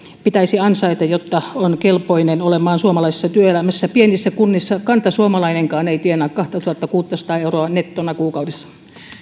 pitäisi ansaita jotta on kelpoinen olemaan suomalaisessa työelämässä pienissä kunnissa kantasuomalainenkaan ei tienaa kahtatuhattakuuttasataa euroa nettona kuukaudessa